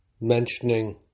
mentioning